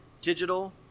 digital